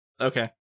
Okay